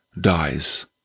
dies